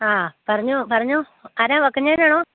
ആ പറഞ്ഞോ പറഞ്ഞോ ആരാണ് വക്കന് ചേട്ടനാണോ